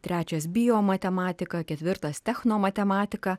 trečias biomatematiką ketvirtas technomatematiką